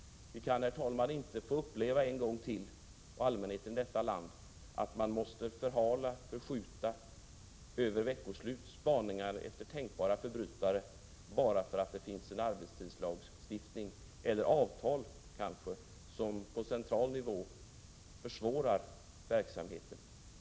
Allmänheten i vårt land skall väl inte, herr talman, behöva uppleva att man ännu en gång framflyttar över veckoslut spaningar efter tänkbara förbrytare, bara därför att vi har en arbetslagstiftning eller kanske arbetstidsavtal på central nivå som försvårar verksamheten.